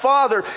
Father